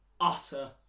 utter